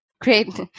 Great